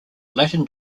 latin